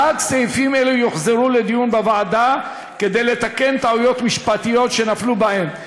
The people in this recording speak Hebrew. רק סעיפים אלה יוחזרו לדיון בוועדה כדי לתקן טעויות משפטיות שנפלו בהם,